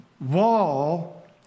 wall